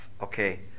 Okay